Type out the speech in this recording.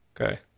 Okay